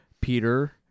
Peter